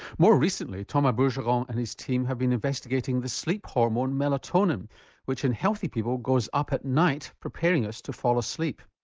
more recently thomas bourgeron um and his team have been investigating the sleep hormone melatonin which in healthy people goes goes up at night preparing us to fall asleep.